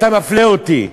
אתה מפלה אותי,